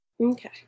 Okay